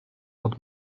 pod